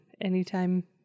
Anytime